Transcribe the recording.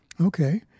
Okay